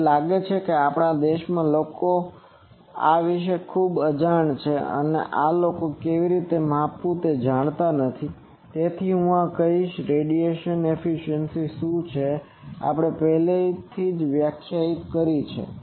મને લાગે છે કે આપણા દેશમાં લોકો આ વિશે ખૂબ અજાણ છે અને આ લોકોન કેવી રીતે માપવું તે જાણતા નથી તેથી હું આ કહીશ કે રેડિયેશન એફીસીયન્સી શું છે તે આપણે પહેલાથી જ વ્યાખ્યાયિત કરી છે